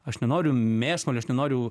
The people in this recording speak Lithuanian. aš nenoriu mėsmalių aš nenoriu